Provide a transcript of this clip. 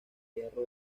hierro